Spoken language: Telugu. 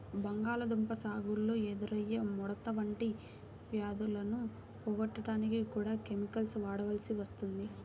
బంగాళాదుంప సాగులో ఎదురయ్యే ముడత వంటి వ్యాధులను పోగొట్టడానికి కూడా కెమికల్స్ వాడాల్సి వస్తుంది